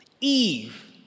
Eve